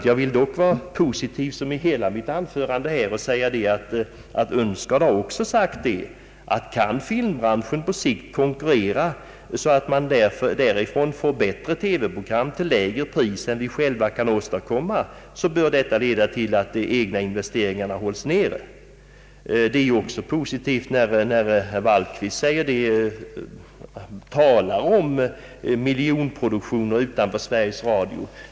Jag vill dock liksom i hela mitt anförande vara positiv och säga, att herr Unsgaard också har förklarat att om filmbranschen på längre sikt kan konkurrera så att man därifrån får bättre TV-program till lägre pris än man själv kan åstadkomma bör detta leda till att de egna investeringarna hålls nere. Det är likaså positivt när herr Wallqvist talar om »miljonproduktioner utanför Sveriges Radio».